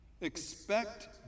Expect